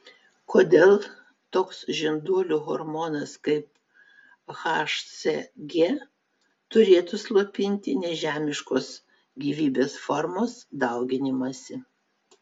kodėl toks žinduolių hormonas kaip hcg turėtų slopinti nežemiškos gyvybės formos dauginimąsi